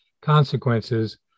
consequences